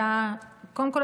קודם כול,